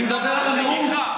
אני מדבר על המהות.